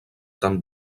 tan